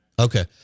Okay